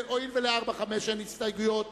לסעיפים 4 5 אין הסתייגויות